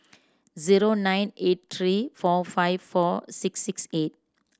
zero nine eight three four five four six six eight